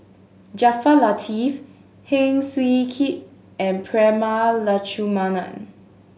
Jaafar Latiff Heng Swee Keat and Prema Letchumanan